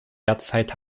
derzeit